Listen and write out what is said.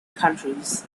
countries